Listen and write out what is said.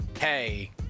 hey